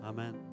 Amen